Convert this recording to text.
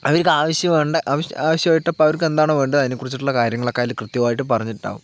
അവർക്ക് ആവശ്യ ആവശ്യമായിട്ട് ഇപ്പോൾ അവർക്ക് എന്താണോ വേണ്ടത് അതിനെക്കുറിച്ചിട്ടുള്ള കാര്യങ്ങളൊക്ക അതില് കൃത്യമായിട്ട് പറഞ്ഞിട്ടുണ്ടാവും